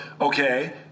okay